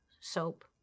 soap